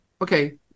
okay